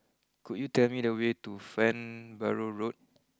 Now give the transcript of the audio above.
could you tell me the way to Farnborough Road